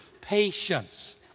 patience